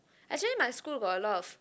actually my school got a lot of